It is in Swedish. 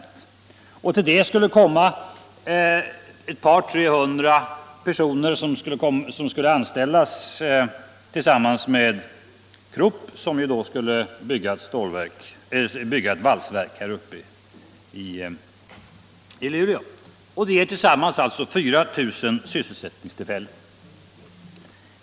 Till det skulle komma 200-300 personer som skulle anställas tillsammans med Krupp, som då skulle bygga ett valsverk uppe i Luleå. Det ger tillsammans 4 000 sysselsättningstillfällen.